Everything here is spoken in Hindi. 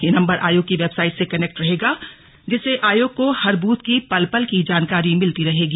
यह नंबर आयोग की वेबसाइट से कनेक्ट रहेगा जिससे आयोग को हर बूथ की पल पल की जानकारी मिलती रहेगी